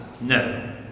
no